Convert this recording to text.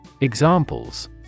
Examples